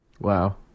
Wow